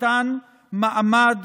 במתן מעמד